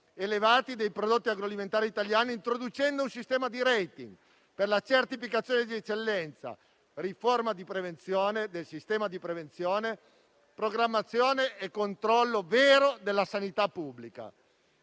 elevati dei prodotti agroalimentari italiani, introducendo un sistema di *rating* per la certificazione di eccellenza, la riforma del sistema di prevenzione, la programmazione e il controllo vero della sanità pubblica.